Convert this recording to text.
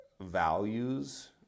values